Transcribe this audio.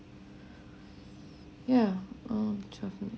yeah mm cheerful